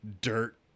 dirt